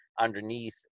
underneath